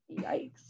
yikes